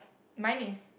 mine is